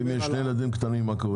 ואם יש שני ילדים קטנים, מה קורה.